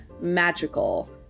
magical